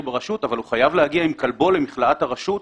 ברשות אבל הוא חייב להגיע עם כלבו למכלאת הרשות